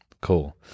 Cool